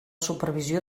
supervisió